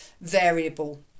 variable